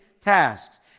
tasks